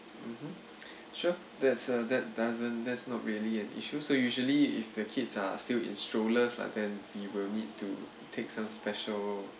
mmhmm sure that's uh that doesn't that's not really an issue so usually if the kids are still in strollers lah then we will need to take some special